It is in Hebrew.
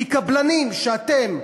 כי קבלנים שאתם,